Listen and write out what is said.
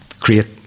create